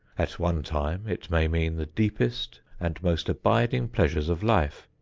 at one time it may mean the deepest and most abiding pleasures of life,